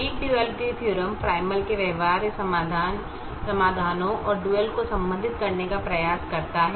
week duality theorem primal के व्यवहार्य समाधानों और डुअल को संबंधित करने का प्रयास कर्ता है